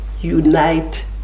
unite